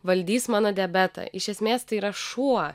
valdys mano diabetą iš esmės tai yra šuo